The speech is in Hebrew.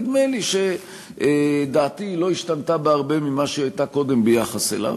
נדמה לי שדעתי לא השתנתה בהרבה ממה שהיא הייתה קודם ביחס אליו.